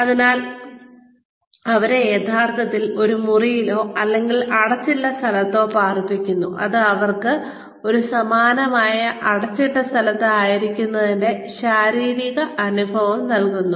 അതിനാൽ അവരെ യഥാർത്ഥത്തിൽ ഒരു മുറിയിലോ അല്ലെങ്കിൽ അടച്ചിട്ട സ്ഥലത്തോ പാർപ്പിച്ചിരിക്കുന്നു അത് അവർക്ക് ഒരു സമാനമായ അടച്ച സ്ഥലത്ത് ആയിരിക്കുന്നതിന്റെ ശാരീരിക അനുഭവം നൽകുന്നു